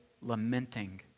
lamenting